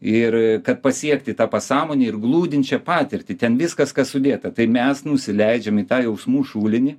ir kad pasiekti tą pasąmonę ir glūdinčią patirtį ten viskas kas sudėta tai mes nusileidžiam į tą jausmų šulinį